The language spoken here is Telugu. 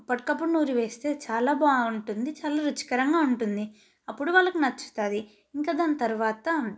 అప్పటికప్పుడు నూరి వేస్తే చాలా బాగుంటుంది చాలా రుచికరంగా ఉంటుంది అప్పుడు వాళ్ళకి నచ్చుతుంది ఇంక దాని తర్వాత